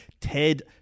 Ted